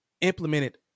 implemented